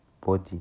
body